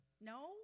No